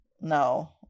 No